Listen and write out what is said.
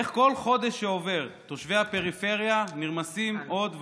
איך בכל חודש שעובר תושבי הפריפריה נרמסים עוד ועוד,